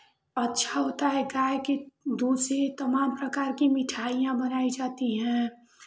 आच्छा होता है गाय के दूध से तमाम प्रकार की मिठाइयां बनाई जाती हैं